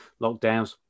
lockdowns